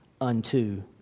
unto